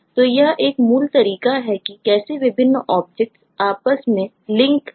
तो यह लिंक किए जा सकते हैं